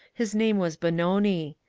his name was benoni.